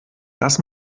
das